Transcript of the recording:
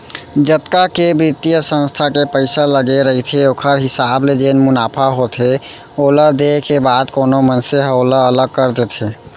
जतका के बित्तीय संस्था के पइसा लगे रहिथे ओखर हिसाब ले जेन मुनाफा होथे ओला देय के बाद कोनो मनसे ह ओला अलग कर देथे